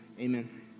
Amen